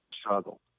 struggle